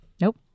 Nope